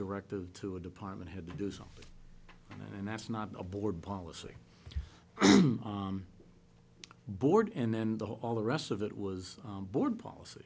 directive to a department had to do something and that's not a board policy board and then the all the rest of it was a board policy